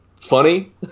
funny